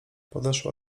podeszła